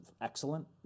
excellent